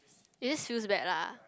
it just feels bad lah